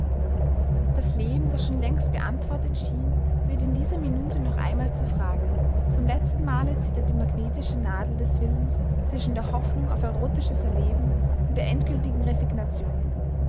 das leben das schon längst beantwortet schien wird in dieser minute noch einmal zur frage zum letzten male zittert die magnetische nadel des willens zwischen der hoffnung auf erotisches erleben und der endgültigen resignation